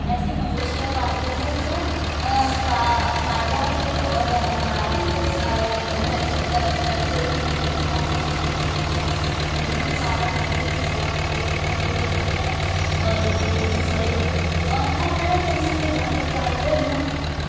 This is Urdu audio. ایسی مویشیاں پالتے ہیں جو فا فائدہ بھی دے اور ہمارا جو ہے پیسے کی بھی کمی نہ ہو دقت نہ ہو مرغی فارم جیسے کی بہت کھولتے ہیں لوگ یہاں پر اور بڑے اور ہر طرح کے اپنے اپنے جانور پالتے ہیں